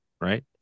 right